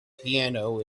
piano